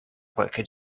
qualche